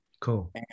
cool